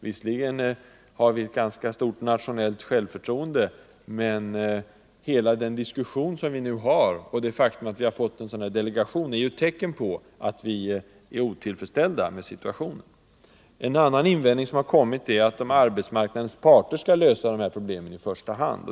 Visserligen har vi ganska stort nationellt självförtroende, men hela den diskussion som vi nu för och det faktum att vi har fått delegationen för jämställdhet är ju tecken på att vi är otillfredsställda med situationen. En annan invändning som gjorts är att arbetsmarknadens parter i första hand skall lösa dessa problem.